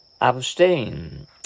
Abstain